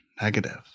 negative